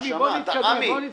עמי, בוא נתקדם.